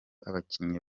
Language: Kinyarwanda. abakinnyi